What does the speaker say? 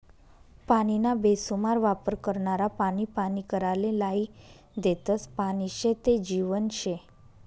पानीना बेसुमार वापर करनारा पानी पानी कराले लायी देतस, पानी शे ते जीवन शे